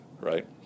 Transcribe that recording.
right